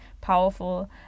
powerful